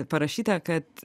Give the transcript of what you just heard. parašyta kad